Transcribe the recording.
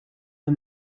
the